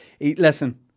Listen